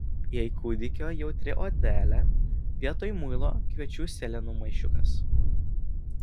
jei kūdikio jautri odelė vietoj muilo kviečių sėlenų maišiukas